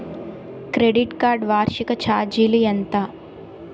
Credit card వార్షిక ఛార్జీలు ఎంత?